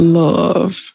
love